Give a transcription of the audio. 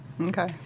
Okay